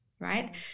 right